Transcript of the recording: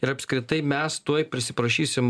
ir apskritai mes tuoj prisiprašysim